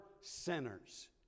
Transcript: sinners